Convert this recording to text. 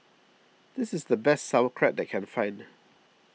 this is the best Sauerkraut that I can find